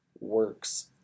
works